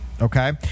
Okay